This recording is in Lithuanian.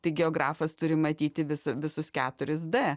tai geografas turi matyti visus keturis d